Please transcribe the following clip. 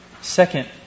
Second